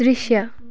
दृश्य